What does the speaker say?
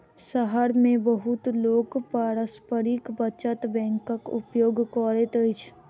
शहर मे बहुत लोक पारस्परिक बचत बैंकक उपयोग करैत अछि